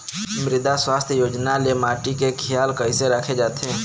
मृदा सुवास्थ योजना ले माटी के खियाल कइसे राखे जाथे?